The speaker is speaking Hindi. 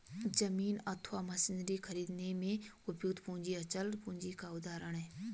जमीन अथवा मशीनरी खरीदने में प्रयुक्त पूंजी अचल पूंजी का उदाहरण है